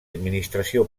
administració